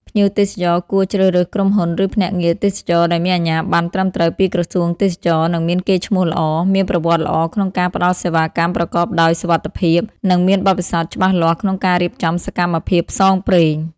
ភ្ញៀវទេសចរគួរជ្រើសរើសក្រុមហ៊ុន ឬភ្នាក់ងារទេសចរណ៍ដែលមានអាជ្ញាប័ណ្ណត្រឹមត្រូវពីក្រសួងទេសចរណ៍ និងមានកេរ្តិ៍ឈ្មោះល្អ មានប្រវត្តិល្អក្នុងការផ្ដល់សេវាកម្មប្រកបដោយសុវត្ថិភាព និងមានបទពិសោធន៍ច្បាស់លាស់ក្នុងការរៀបចំសកម្មភាពផ្សងព្រេង។